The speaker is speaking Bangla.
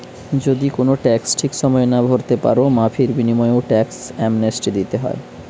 যদি কুনো ট্যাক্স ঠিক সময়ে না ভোরতে পারো, মাফীর বিনিময়ও ট্যাক্স অ্যামনেস্টি দিতে হয়